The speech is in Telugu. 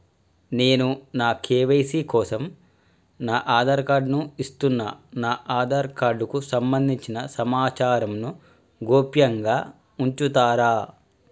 నేను నా కే.వై.సీ కోసం నా ఆధార్ కార్డు ను ఇస్తున్నా నా ఆధార్ కార్డుకు సంబంధించిన సమాచారంను గోప్యంగా ఉంచుతరా?